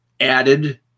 added